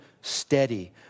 steady